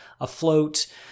afloat